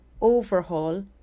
overhaul